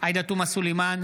עאידה תומא סלימאן,